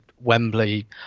Wembley